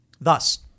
Thus